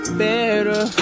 better